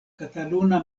kataluna